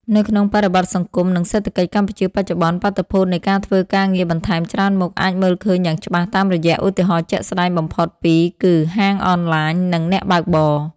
នៅក្នុងបរិបទសង្គម និងសេដ្ឋកិច្ចកម្ពុជាបច្ចុប្បន្ន បាតុភូតនៃការធ្វើការងារបន្ថែមច្រើនមុខអាចមើលឃើញយ៉ាងច្បាស់តាមរយៈ ឧទាហរណ៍ជាក់ស្តែងបំផុតពីរគឺ ហាងអនឡាញ និង អ្នកបើកបរ។